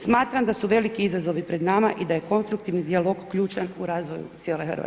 Smatram da su veliki izazovi pred nama i da je konstruktivni dijalog ključan u razvoju cijele Hrvatske.